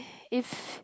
if